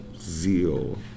zeal